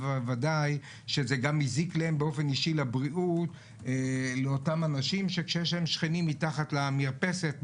וודאי שזה גם מזיק להם באופן אישי כשיש להם שכנים מתחת למרפסת שמעשנים.